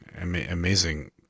amazing